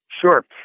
Sure